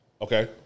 Okay